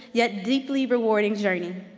yet deeply rewarding journey.